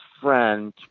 friend